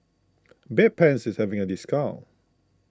Bedpans is having a discount